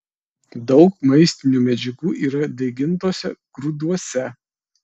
daug maistinių medžiagų yra daigintuose grūduose